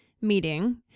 meeting